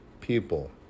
people